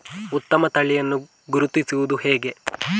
ಉತ್ತಮ ತಳಿಯನ್ನು ಗುರುತಿಸುವುದು ಹೇಗೆ?